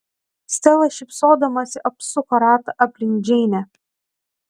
stela šypsodamasi apsuko ratą aplink džeinę